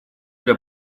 для